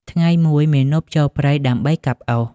ថ្ងៃមួយ មាណពចូលព្រៃដើម្បីកាប់អុស។